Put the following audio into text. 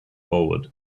forward